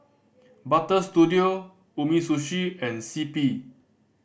Butter Studio Umisushi and C P